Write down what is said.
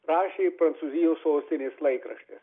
rašė prancūzijos sostinės laikraštis